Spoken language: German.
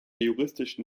juristischen